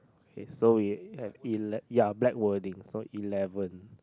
okay so we have eleven ya black wording so eleven